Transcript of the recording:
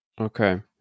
Okay